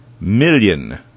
million